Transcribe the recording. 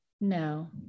no